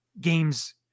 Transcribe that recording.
games